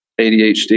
ADHD